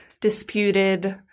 disputed